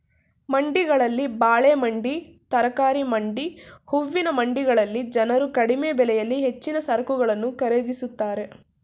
ಮಂಡಿಗಳಲ್ಲಿ ಬಾಳೆ ಮಂಡಿ, ತರಕಾರಿ ಮಂಡಿ, ಹೂವಿನ ಮಂಡಿಗಳಲ್ಲಿ ಜನರು ಕಡಿಮೆ ಬೆಲೆಯಲ್ಲಿ ಹೆಚ್ಚಿನ ಸರಕುಗಳನ್ನು ಖರೀದಿಸುತ್ತಾರೆ